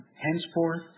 Henceforth